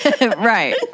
Right